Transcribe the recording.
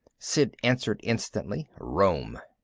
sid answered instantly. rome!